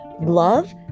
love